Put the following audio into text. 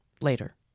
later